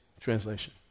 Translation